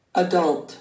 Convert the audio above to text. Adult